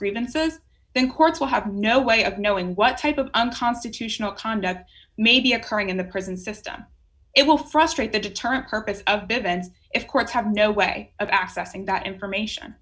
grievances then courts will have no way of knowing what type of unconstitutional conduct may be occurring in the prison system it will frustrate the deterrent purpose of bents if courts have no way of accessing that information